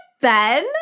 Ben